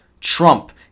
Trump